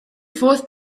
fourth